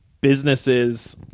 businesses